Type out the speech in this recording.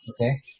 Okay